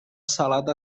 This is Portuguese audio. salada